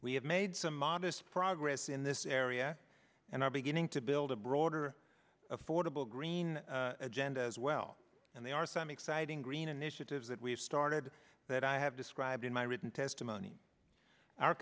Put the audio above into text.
we have made some modest progress in this area and are beginning to build a broader affordable green agenda as well and they are some exciting green initiatives that we have started that i have described in my written testimony our